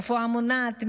רפואה מונעת,